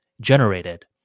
generated